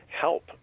help